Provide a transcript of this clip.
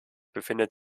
befindet